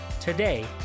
Today